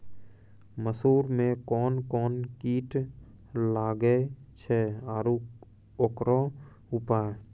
मसूर मे कोन कोन कीट लागेय छैय आरु उकरो उपाय?